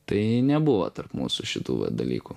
tai nebuvo tarp mūsų šitų va dalykų